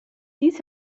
dies